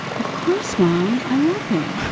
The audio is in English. of course mom, i love him!